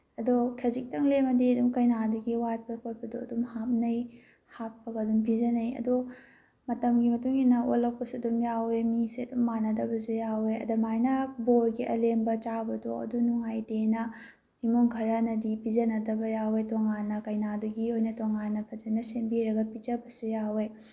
ꯑꯗꯣ ꯈꯖꯤꯛꯇꯪ ꯂꯦꯝꯃꯗꯤ ꯑꯗꯨꯝ ꯀꯩꯅꯥꯗꯨꯒꯤ ꯋꯥꯠꯄ ꯈꯣꯠꯄꯗꯨ ꯑꯗꯨꯝ ꯍꯥꯞꯅꯩ ꯍꯥꯞꯄꯒ ꯑꯗꯨꯝ ꯄꯤꯖꯅꯩ ꯑꯗꯣ ꯃꯇꯝꯒꯤ ꯃꯇꯨꯡꯏꯟꯅ ꯑꯣꯜꯂꯛꯄꯁꯨ ꯑꯗꯨꯝ ꯌꯥꯎꯋꯦ ꯃꯤꯁꯦ ꯑꯗꯨꯝ ꯃꯥꯟꯅꯗꯕꯁꯦ ꯌꯥꯎꯋꯦ ꯑꯗꯨꯃꯥꯏꯅ ꯕꯣꯔꯒꯤ ꯑꯦꯝꯕꯗꯣ ꯆꯥꯕꯗꯣ ꯑꯗꯨ ꯅꯨꯡꯉꯥꯏꯇꯦꯅ ꯏꯃꯨꯡ ꯈꯔꯅꯗꯤ ꯄꯤꯖꯅꯗꯕ ꯌꯥꯎꯋꯦ ꯇꯣꯉꯥꯟꯅ ꯀꯩꯅꯥꯗꯨꯒꯤ ꯑꯣꯏꯅ ꯇꯣꯉꯥꯟꯅ ꯐꯖꯅ ꯁꯦꯝꯕꯤꯔꯒ ꯄꯤꯖꯕꯁꯨ ꯌꯥꯎꯋꯦ